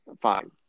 fine